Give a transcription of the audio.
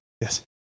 Yes